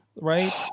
right